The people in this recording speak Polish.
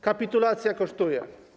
Kapitulacja kosztuje.